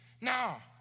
Now